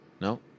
No